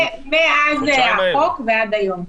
מאז שנחקק החוק ועד היום.